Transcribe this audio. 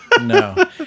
no